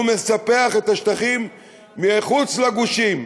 הוא מספח את השטחים מחוץ לגושים,